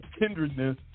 kindredness